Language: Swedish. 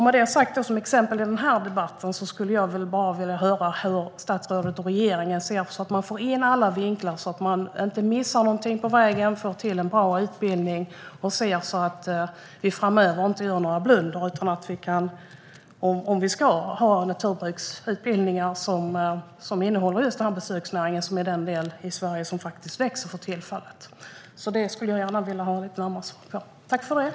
Med det sagt som exempel i denna debatt skulle jag vilja höra hur statsrådet och regeringen ser på detta så att man får in alla vinklar, inte missar något på vägen, får till en bra utbildning och inte gör några blundrar framöver - om vi ska ha naturbruksutbildningar som innehåller detta med besöksnäringen, vilket är den näring i Sverige som faktiskt växer för tillfället. Detta skulle jag gärna vilja ha lite närmare svar på.